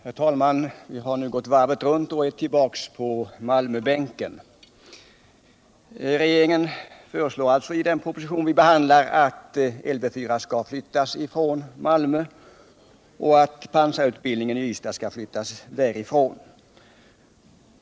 Herr talman! Vi har nu gått varvet runt och är tillbaka på Malmöbänken. Regeringen föreslår i den proposition vi behandlar att Lv 4 skall flyttas från Malmö till Ystad, medan pansarutbildningen i Ystad skall flyttas därifrån.